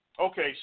Okay